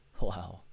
Wow